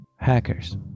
Hackers